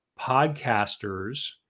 podcasters